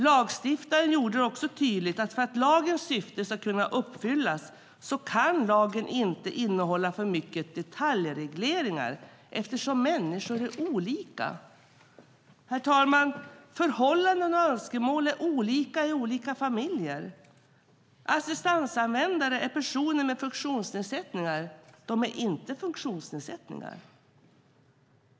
Lagstiftaren gjorde det tydligt att för att lagens syfte ska kunna uppfyllas kan lagen inte innehålla för mycket detaljregleringar eftersom människor är olika. Herr talman! Förhållanden och önskemål är olika i olika familjer. Assistansanvändare är personer med funktionsnedsättningar - de är inte funktionsnedsättningar.